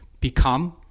become